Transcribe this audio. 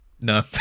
No